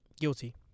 guilty